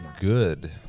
good